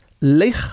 Lech